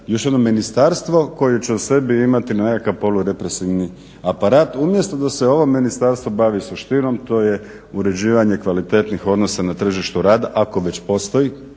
još jedno ministarstvo koje će u sebi imati nekakav polurepresivni aparat umjesto da se ovo ministarstvo bavi suštinom, to je uređivanje kvalitetnih odnosa na tržištu rada ako već postoji,